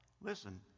listen